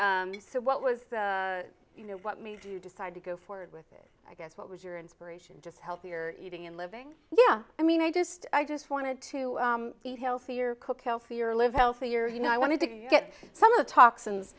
and so what was you know what made you decide to go forward with it i guess what was your inspiration just healthier eating and living yeah i mean i just i just wanted to eat healthier cook healthier live healthier you know i wanted to get some of the t